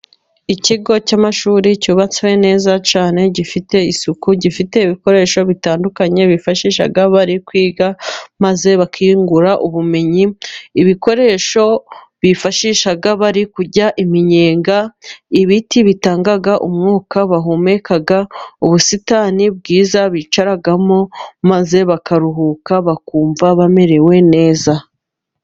Ikigo cy'amashuri cyubatswe neza cyane, gifite isuku gifite ibikoresho bitandukanye bifashishaga bari kwiga, maze bakingura ubumenyi, ibikoresho bifashisha bari kurya iminyenga, ibiti bitanga umwuka bahumeka, ubusitani bwiza bicaramo, maze bakaruhuka bakumva bamerewe neza.